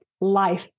life